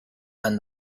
and